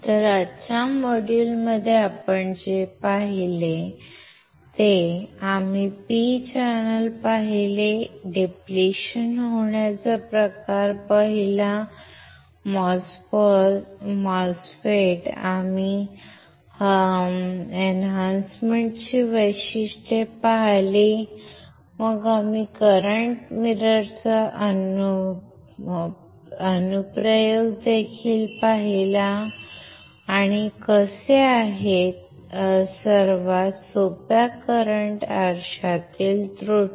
तर आजच्या मॉड्यूलमध्ये आपण जे पाहिले ते आम्ही P चॅनेल पाहिले आम्ही डिप्लेशन होण्याचा प्रकार पाहिला MOSFET आम्ही हस्तांतरणाची वैशिष्ट्ये पाहिली मग आम्ही करंट आरशाचा अनुप्रयोग देखील पाहिला आणि कसे आहेत सर्वात सोप्या करंट आरशातील त्रुटी